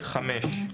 כמובן,